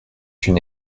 une